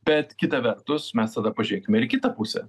bet kita vertus mes tada pažėkim ir į kitą pusę